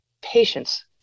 patience